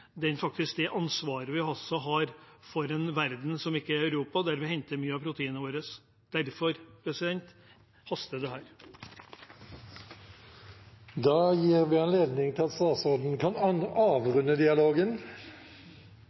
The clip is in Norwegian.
ansvaret vi har for en verden som ikke er i Europa, der vi henter mye av proteinet vårt. Derfor haster dette. Jeg får vel også takke representanten Skjelstad for en god dialog, for det er ingen tvil om at